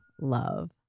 love